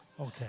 Okay